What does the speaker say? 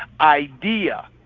idea